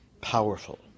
powerful